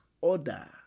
order